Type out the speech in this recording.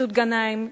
מסעוד גנאים,